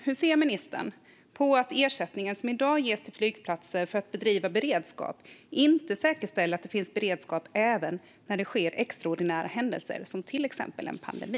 Hur ser ministern på att ersättningen som i dag ges till flygplatser för att bedriva beredskap inte säkerställer att det finns beredskap även när det sker extraordinära händelser, till exempel en pandemi?